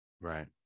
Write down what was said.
Right